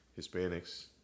Hispanics